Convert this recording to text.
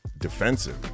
defensive